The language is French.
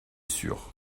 sûre